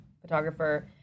photographer